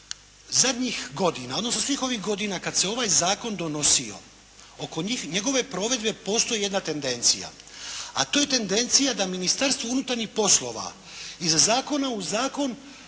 Zadnjih godina odnosno svih ovih godina kad se ovaj zakon donosio, oko njegove provedbe postoji jedna tendencija, a to je tendencija da Ministarstvo unutarnjih poslova iz zakona u zakon